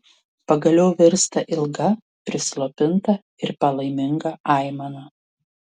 pagaliau virsta ilga prislopinta ir palaiminga aimana